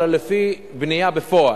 אלא לפי בנייה בפועל.